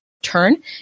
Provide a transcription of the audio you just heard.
Turn